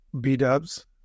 B-dubs